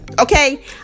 okay